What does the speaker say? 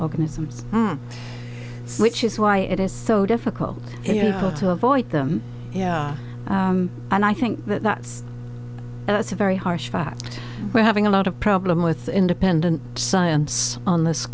organisms which is why it is so difficult to avoid them and i think that that's that's a very harsh fact we're having a lot of problem with independent science on this